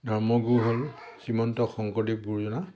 ধৰ্মগুৰু হ'ল শ্ৰীমন্ত শংকৰদেৱ গুৰুজনা